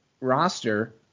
roster